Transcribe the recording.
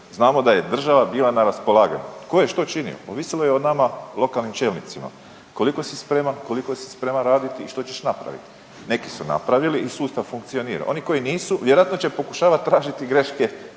Znamo da je država bila na raspolaganju. Tko je što činio ovisio je o nama lokalnim čelnicima. Koliko si spreman, koliko si spreman raditi i što ćeš napraviti. Neki su napravili i sustav funkcionira. Oni koji nisu, vjerojatno će pokušavati tražiti greške